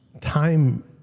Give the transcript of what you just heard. time